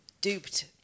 duped